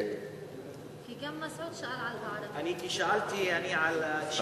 כי גם חבר הכנסת מסעוד גנאים שאל על הערבים.